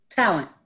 Talent